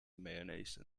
mayonnaise